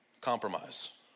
compromise